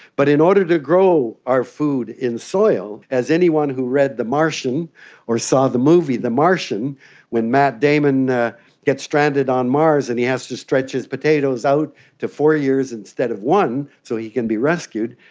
but in order to grow our food in soil, as anyone who read the martian or saw the movie the martian when matt damon gets stranded on mars and he has to stretch his potatoes out to four years instead of one so he can be rescued,